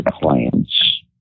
clients